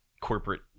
corporate